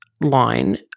line